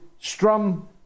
strum